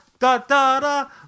Da-da-da